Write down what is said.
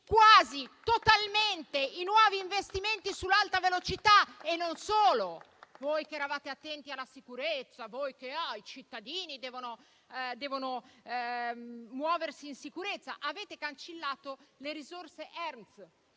quasi totalmente i nuovi investimenti sull'alta velocità. E non solo. Voi che eravate attenti alla sicurezza, voi che dicevate che i cittadini devono muoversi in sicurezza avete cancellato le risorse che